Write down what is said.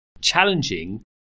challenging